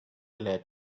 glad